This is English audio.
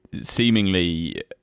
seemingly